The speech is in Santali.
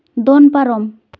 ᱫᱚᱱ ᱯᱟᱨᱚᱢ